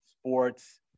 sports